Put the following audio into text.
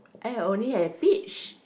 I only have peach